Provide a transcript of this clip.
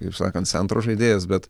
kaip sakant centro žaidėjas bet